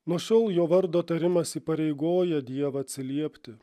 nuo šiol jo vardo tarimas įpareigoja dievą atsiliepti